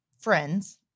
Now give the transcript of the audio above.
friends